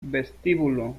vestíbulo